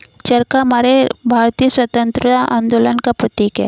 चरखा हमारे भारतीय स्वतंत्रता आंदोलन का प्रतीक है